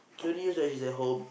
she only use when she's at home